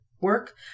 work